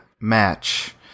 match